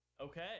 Okay